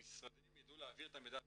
המשרדים ידעו להעביר את המידע ביניהם.